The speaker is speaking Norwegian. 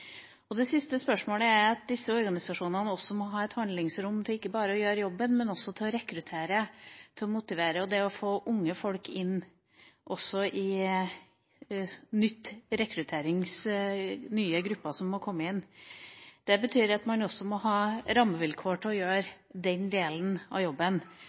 Det siste spørsmålet mitt gjelder at disse organisasjonene også må ha handlingsrom til å gjøre jobben, men også å rekruttere, motivere og få inn unge folk i nye grupper. Det betyr at man også må ha rammevilkår til å gjøre den delen av jobben.